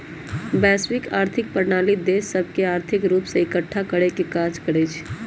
वैश्विक आर्थिक प्रणाली देश सभके आर्थिक रूप से एकठ्ठा करेके काज करइ छै